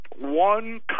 one